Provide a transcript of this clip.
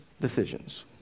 decisions